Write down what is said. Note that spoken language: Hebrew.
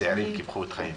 צעירים קיפחו את חייהם.